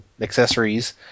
accessories